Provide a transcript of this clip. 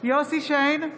יוסף שיין,